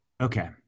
Okay